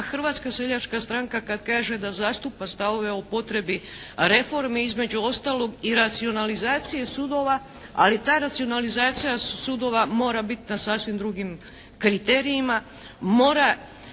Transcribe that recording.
Hrvatska seljačka stranka kad kaže da zastupa stavove o potrebi reforme, između ostalog i racionalizacije sudova, ali ta racionalizacija sudova mora biti na sasvim drugim kriterijima mora